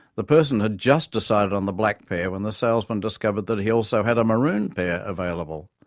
the person had just decided on the black pair when the salesman discovered that he also had a maroon pair available.